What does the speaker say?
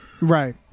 Right